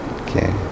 okay